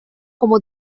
como